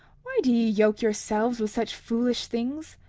why do ye yoke yourselves with such foolish things?